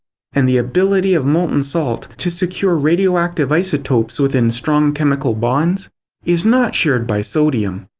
and the ability of molten salt to secure radioactive isotopes within strong chemical bonds is not shared by sodium.